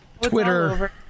Twitter